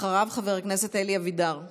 אחריו, חבר הכנסת אלי אבידר.